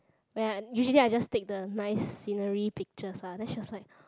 when I usually I just take the nice scenery pictures lah then she was like